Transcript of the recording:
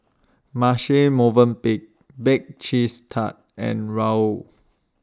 Marche Movenpick Bake Cheese Tart and Raoul